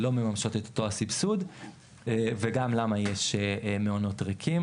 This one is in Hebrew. לא ממשות את אותו הסבסוד וגם למה יש מעונות ריקים,